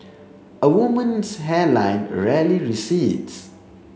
a woman's hairline rarely recedes